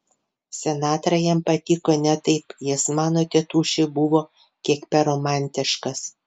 sinatra jam patiko ne taip jis mano tėtušiui buvo kiek per romantiškas